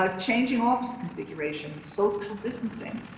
ah changing office configuration, social distancing,